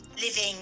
living